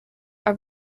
are